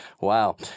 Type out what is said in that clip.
wow